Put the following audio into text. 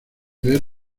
leer